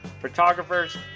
photographers